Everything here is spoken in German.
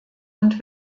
und